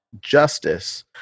justice